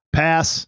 pass